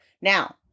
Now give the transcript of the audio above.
Now